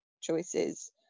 choices